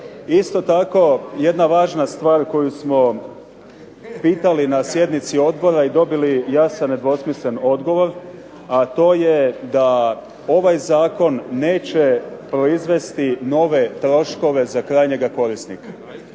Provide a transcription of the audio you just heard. Isto tako jedna važna stvar koju smo pitali na sjednici odbora i dobili jasan nedvosmislen odgovor, a to je da ovaj zakon neće proizvesti nove troškove za krajnjega korisnika.